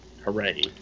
Hooray